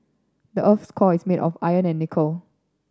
the earth's core is made of iron and nickel